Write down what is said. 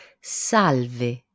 Salve